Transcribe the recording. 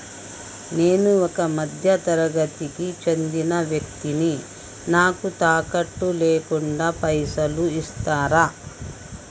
నేను ఒక మధ్య తరగతి కి చెందిన వ్యక్తిని నాకు తాకట్టు లేకుండా పైసలు ఇస్తరా?